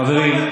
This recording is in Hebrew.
חברים.